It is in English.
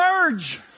merge